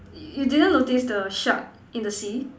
you didn't notice the shark in the sea